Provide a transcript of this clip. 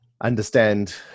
understand